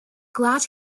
glad